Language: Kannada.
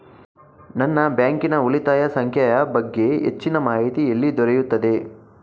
ನನ್ನ ಬ್ಯಾಂಕಿನ ಉಳಿತಾಯ ಸಂಖ್ಯೆಯ ಬಗ್ಗೆ ಹೆಚ್ಚಿನ ಮಾಹಿತಿ ಎಲ್ಲಿ ದೊರೆಯುತ್ತದೆ?